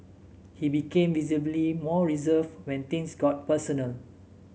he became visibly more reserved when things got personal